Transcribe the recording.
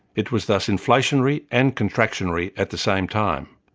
it was thus inflationary and contractionary at the same time.